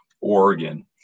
Oregon